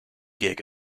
gig